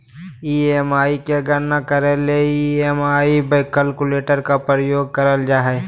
EMI के गणना करे ले ई.एम.आई कैलकुलेटर के प्रयोग करल जा हय